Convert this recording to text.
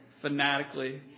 Fanatically